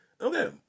okay